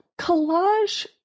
collage